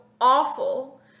awful